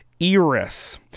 Eris